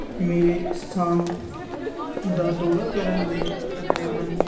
ਮੇਰੇ ਸਥਾਨ ਦਾ ਦੌਰਾ ਕਰਨ ਲਈ ਤਕਰੀਬਨ